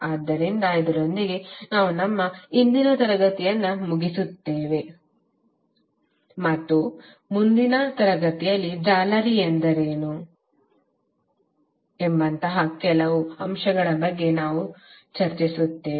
ಆದ್ದರಿಂದ ಇದರೊಂದಿಗೆ ನಾವು ನಮ್ಮ ಇಂದಿನ ತರಗತಿಯನ್ನು ಮುಗಿಸುತ್ತೇವೆ ಮತ್ತು ಮುಂದಿನ ತರಗತಿಯಲ್ಲಿ ಜಾಲರಿ ಎಂದರೇನು ಎಂಬಂತಹ ಇತರ ಕೆಲವು ಅಂಶಗಳ ಬಗ್ಗೆ ನಾವು ಹೆಚ್ಚು ಚರ್ಚಿಸುತ್ತೇವೆ